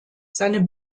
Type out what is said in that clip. seine